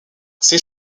ses